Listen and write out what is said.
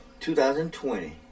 2020